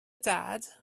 dad